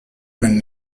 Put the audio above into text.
been